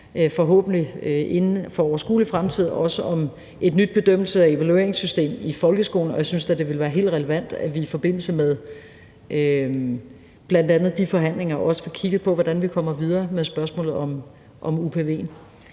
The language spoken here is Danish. forhåbentlig, inden for en overskuelig fremtid, også om et nyt bedømmelses- og evalueringssystem i folkeskolen, og jeg synes da, det ville være helt relevant, at vi i forbindelse med bl.a. de forhandlinger også får kigget på, hvordan vi kommer videre med spørgsmålet om upv'en.